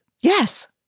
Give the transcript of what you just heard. Yes